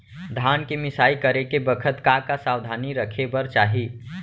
धान के मिसाई करे के बखत का का सावधानी रखें बर चाही?